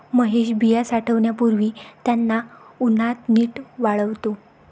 महेश बिया साठवण्यापूर्वी त्यांना उन्हात नीट वाळवतो